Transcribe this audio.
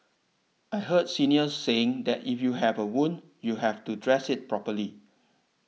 I heard seniors saying that if you have a wound you have to dress it properly